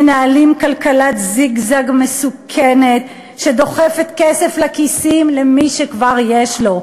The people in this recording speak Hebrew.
מנהלים כלכלת זיגזג מסוכנת שדוחפת כסף לכיסים למי שכבר יש לו,